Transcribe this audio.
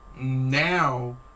now